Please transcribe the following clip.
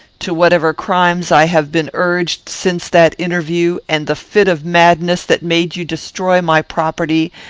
to whatever crimes i have been urged since that interview, and the fit of madness that made you destroy my property,